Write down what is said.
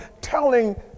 telling